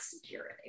security